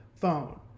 phone